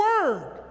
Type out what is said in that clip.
word